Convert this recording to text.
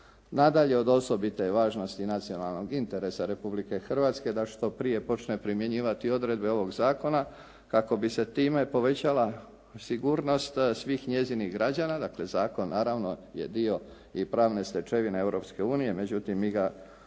Nadalje od osobite je važnosti i nacionalnog interesa Republike Hrvatske da što prije počne primjenjivati odredbe ovog zakona kako bi se time povećala sigurnost svih njezinih građana. Dakle zakon naravno je dio i pravne stečevine Europske unije